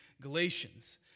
Galatians